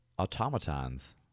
automatons